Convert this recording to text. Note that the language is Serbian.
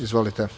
Izvolite.